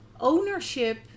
ownership